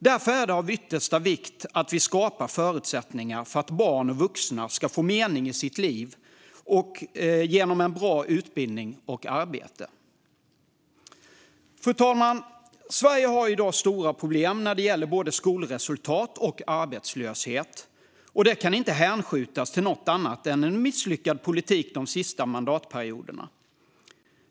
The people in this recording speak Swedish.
Därför är det av yttersta vikt att vi skapar förutsättningar för att barn och vuxna ska få mening i sitt liv genom en bra utbildning och ett arbete. Fru talman! Sverige har i dag stora problem när det gäller både skolresultat och arbetslöshet. Det kan inte hänskjutas till något annat än en misslyckad politik de senaste mandatperioderna.